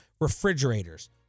refrigerators